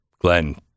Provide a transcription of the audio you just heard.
Glenn